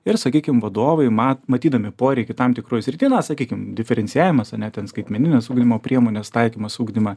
ir sakykim vadovai mat matydami poreikį tam tikroj srity na sakykim diferencijavimas ane ten skaitmeninės ugdymo priemonės taikymas ugdyma